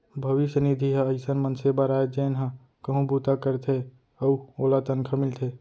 भविस्य निधि ह अइसन मनसे बर आय जेन ह कहूँ बूता करथे अउ ओला तनखा मिलथे